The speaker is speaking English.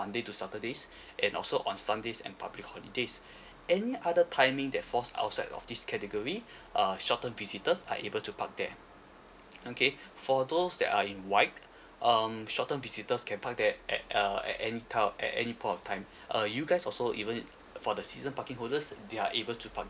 monday to saturdays and also on sundays and public holidays any other timing that falls outside of this category uh shorten visitors are able to park there okay for those that are in white um shorten visitors can park there at uh at any time of at any point of time uh you guys also even for the season parking holders they are able to park